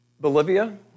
Bolivia